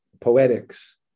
poetics